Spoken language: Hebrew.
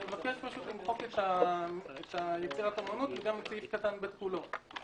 אני מבקש למחוק את "יצירת אומנות" ואת סעיף (ב) כולו.